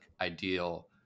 ideal